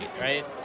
right